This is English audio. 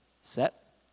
set